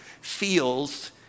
feels